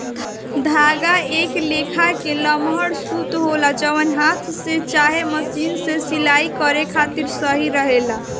धागा एक लेखा के लमहर सूता होला जवन हाथ से चाहे मशीन से सिलाई करे खातिर सही रहेला